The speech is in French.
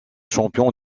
champion